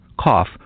cough